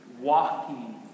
walking